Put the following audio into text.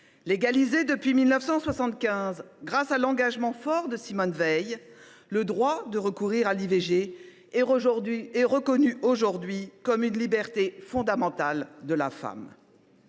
Légalisé depuis 1975, grâce à l’engagement fort de Simone Veil, le droit de recourir à l’IVG est reconnu aujourd’hui comme une liberté fondamentale de la femme.